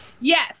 Yes